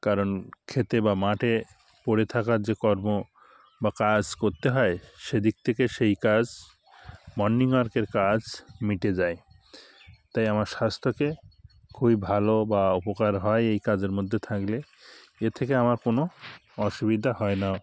কারণ ক্ষেতে বা মাঠে পড়ে থাকা যে কর্ম বা কাজ করতে হয় সেদিক থেকে সেই কাজ মর্নিং ওয়াকের কাজ মিটে যায় তাই আমার স্বাস্থ্যকে খুবই ভালো বা উপকার হয় এই কাজের মধ্যে থাকলে এর থেকে আমার কোনও অসুবিধা হয় না